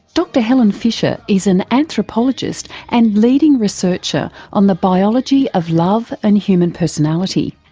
dr helen fisher is an anthropologist and leading researcher on the biology of love and human personality.